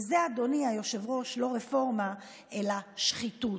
וזו, אדוני היושב-ראש, לא רפורמה אלא שחיתות.